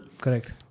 correct